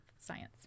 Science